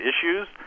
issues